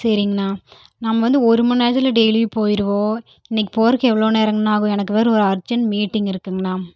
சரிங்ணா நம்ம வந்து ஒருமணி நேரத்தில் டெய்லியும் போயிருவோம் இன்றைக்கு போகிறதுக்கு எவ்வளோ நேரங்கண்ணா ஆகும் எனக்கு வேறு ஒரு அர்ஜென்ட் மீட்டிங் இருக்குங்ண்ணா